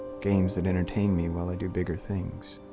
games that entertain me while i do bigger things.